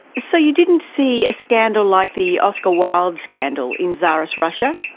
so you didn't see a scandal like the oscar wilde scandal in tsarist russia?